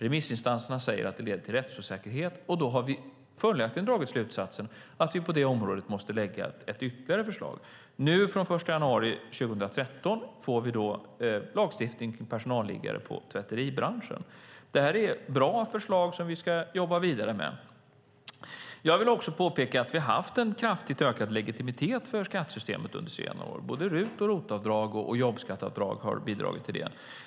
Remissinstanserna säger att det leder till rättsosäkerhet, och då har vi följaktligen dragit slutsatsen att vi på det området måste lägga fram ett ytterligare förslag. Från januari 2013 får vi lagstiftning om personalliggare i tvätteribranschen. Det här är bra förslag som vi ska jobba vidare med. Jag vill också påpeka att vi har haft en kraftigt ökad legitimitet för skattesystemet under senare år. Både RUT och ROT-avdrag och jobbskatteavdrag har bidragit till det.